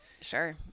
Sure